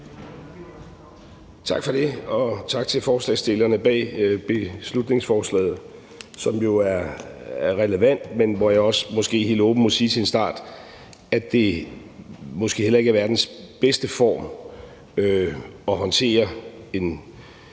Tak for det, og tak til forslagsstillerne bag beslutningsforslaget, som jo er relevant, men hvor jeg måske også til en start helt åbent må sige, at det måske heller ikke er verdens bedste form til at håndtere en